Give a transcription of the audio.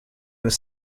was